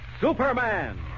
Superman